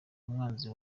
umwanzi